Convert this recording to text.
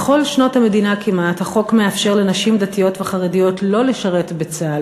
בכל שנות המדינה כמעט החוק מאפשר לנשים דתיות וחרדיות לא לשרת בצה"ל,